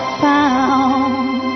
found